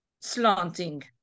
slanting